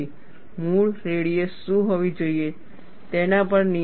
મૂળ રેડિયસ શું હોવી જોઈએ તેના પર નિયંત્રણ છે